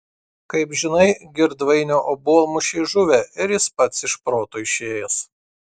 kaip žinai girdvainio obuolmušiai žuvę ir jis pats iš proto išėjęs